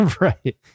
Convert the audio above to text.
right